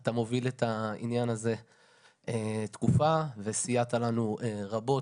אתה מוביל את העניין הזה תקופה וסייעת לנו רבות